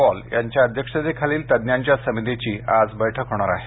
Paul यांच्या अध्यक्षतेखालील तज्ञांच्या समितीची आज बैठक होणार आहे